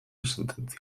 sententzia